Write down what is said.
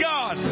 God